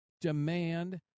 Demand